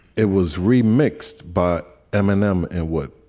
it was remixed. but eminem and what,